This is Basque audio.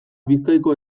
bizkaiko